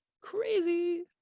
crazy